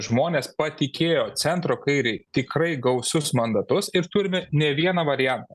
žmonės patikėjo centro kairei tikrai gausius mandatus ir turime ne vieną variantą